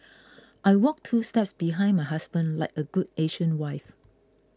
I walk two steps behind my husband like a good Asian wife